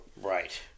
Right